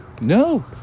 no